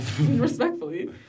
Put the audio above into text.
Respectfully